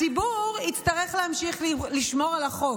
הציבור יצטרך להמשיך לשמור על החוק,